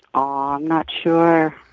ah not sure.